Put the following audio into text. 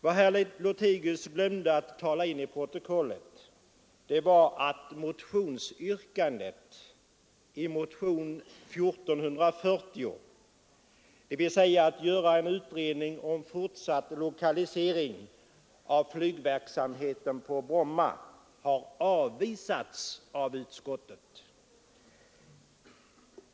Vad herr Lothigius glömde att tala in i protokollet var att yrkandet i motionen 1440 — dvs. att göra en utredning om fortsatt lokalisering av flygverksamheten på Bromma — har avvisats av utskottet.